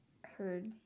heard